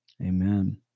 Amen